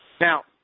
now